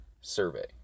survey